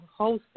hosted